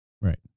Right